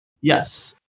Yes